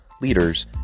leaders